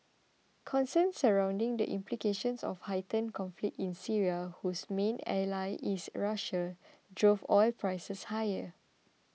concerns surrounding the implications of heightened conflict in Syria whose main ally is Russia drove oil prices higher